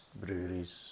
breweries